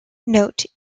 note